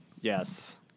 yes